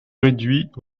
réduits